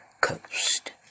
Coast